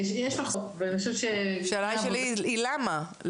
השאלה שלי היא למה,